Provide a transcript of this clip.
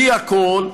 היא הכול,